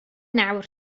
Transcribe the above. nawr